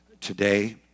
today